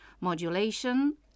modulation